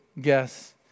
guess